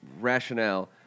rationale